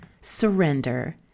surrender